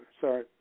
Sorry